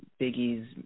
Biggie's